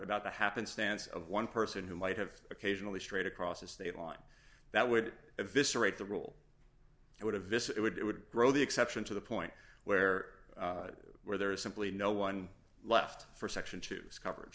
about the happenstance of one person who might have occasionally strayed across a state line that would this araik the rule it would a visit would it would grow the exception to the point where where there is simply no one left for section choose coverage